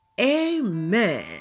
Amen